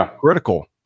critical